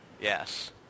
Yes